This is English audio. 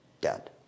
dead